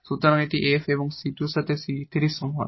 সুতরাং এটি 𝑓 এবং 𝑐2 এর সাথে 𝑐3 এর সমান